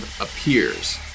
appears